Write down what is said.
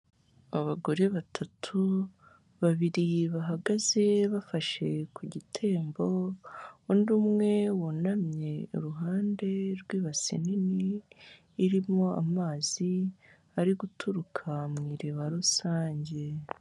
Abagore batatu, babiri bahagaze bafashe ku gitembo, undi umwe wunamye iruhande rw'ibase nini irimo amazi ari guturuka mu iriba rusange.